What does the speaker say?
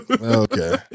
Okay